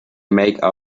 make